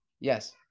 Yes